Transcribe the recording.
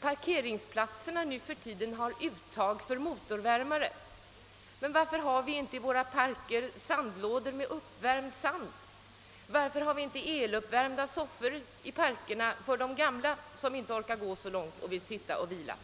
Parkeringsplatserna har numera uttag för motorvärmare. Men varför har vi inte i våra parker sandlådor med uppvärmd sand? Varför har vi inte eluppvärmda soffor i parkerna för de gamla som inte orkar gå så långt utan vill sitta och vila?